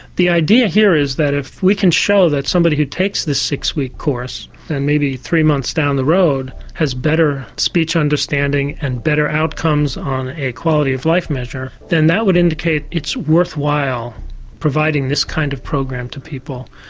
the idea here is that if we can show that someone who takes this six-week course and maybe three months down the road has better speech understanding and better outcomes on a quality of life measure, then that would indicate it's worthwhile providing this kind of program to people.